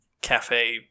cafe